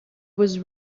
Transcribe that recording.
was